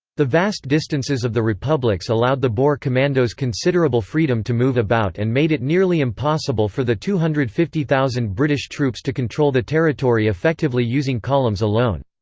the vast distances of the republics allowed the boer commandos considerable freedom to move about and made it nearly impossible for the two hundred and fifty thousand british troops to control the territory effectively using columns alone.